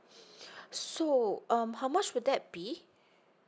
so um how much will that be